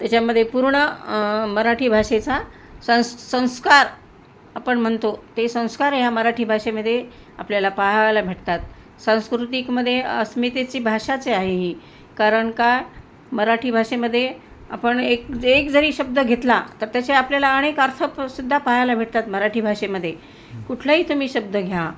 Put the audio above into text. त्याच्यामध्ये पूर्ण मराठी भाषेचा संस् संस्का र आपण म्हणतो ते संस्कार ह्या मराठी भाषेमध्ये आपल्याला पाहावयाला भेटतात सांस्कृतिकमध्ये अस्मितेची भाषाच ए आहे ही कारण का मराठी भाषेमध्ये आपण एक जे एक जरी शब्द घेतला तर त्याचे आपल्याला अनेक अर्थ प् सुद्धा पाहायला भेटतात मराठी भाषेमध्ये कुठलाही तुम्ही शब्द घ्या